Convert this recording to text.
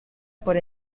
por